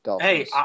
hey